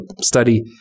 study